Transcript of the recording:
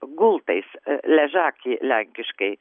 gultais ležakė lenkiškai